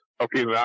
Okay